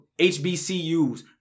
HBCUs